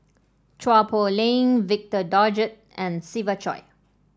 Chua Poh Leng Victor Doggett and Siva Choy